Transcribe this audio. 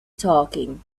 talking